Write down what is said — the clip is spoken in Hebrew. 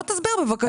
בוא תסביר, בבקשה.